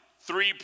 three